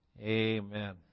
amen